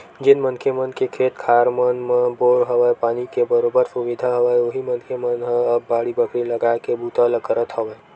जेन मनखे मन के खेत खार मन म बोर हवय, पानी के बरोबर सुबिधा हवय उही मनखे मन ह अब बाड़ी बखरी लगाए के बूता ल करत हवय